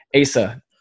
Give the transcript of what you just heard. Asa